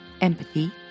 Empathy